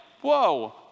whoa